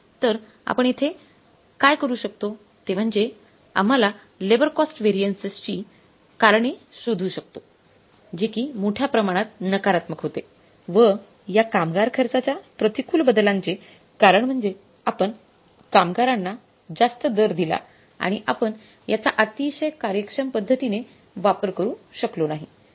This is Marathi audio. तर आपण येथे काय करू शकतो ते म्हणजे आम्हाला लेबर कॉस्ट व्हॅरियन्स ची कारणे शोधू शकतो जे कि मोठ्या प्रमाणात नकारात्मक होते व या कामगार खर्चाच्या प्रतिकूल बदलांचे कारण म्हणजे आपण कामगारांना जास्त दर दिला आणि आपण याचा अतिशय कार्यक्षम पद्धतीने वापर करू शकलो नाही